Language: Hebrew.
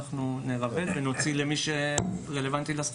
אנחנו נברר ונוציא למי שרלוונטי לסכום.